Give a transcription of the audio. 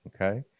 Okay